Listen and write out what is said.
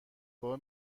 بار